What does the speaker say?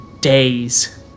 days